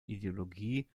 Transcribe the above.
ideologie